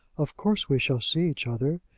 of course we shall see each other.